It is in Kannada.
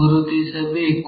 ಗುರುತಿಸಬೇಕು